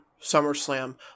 SummerSlam